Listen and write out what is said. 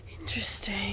Interesting